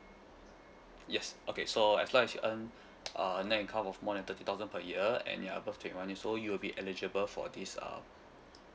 yes okay so as long as you earn uh net income of more than thirty thousand per year and you are above twenty one years old you will be eligible for this um